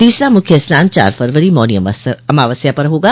तीसरा मुख्य स्नान चार फरवरी मौनी अमावस्या पर होगा